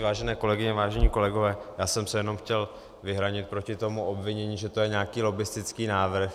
Vážené kolegyně, vážení kolegové, já jsem se jenom chtěl vyhranit proti tomu obvinění, že to je nějaký lobbistický návrh.